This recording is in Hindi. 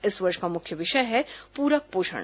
इस वर्ष का मुख्य विषय है पूरक पोषण